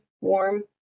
warm